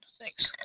thanks